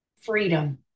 freedom